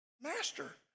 master